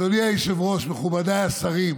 אדוני היושב-ראש, מכובדיי השרים,